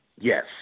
Yes